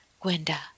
Gwenda